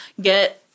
get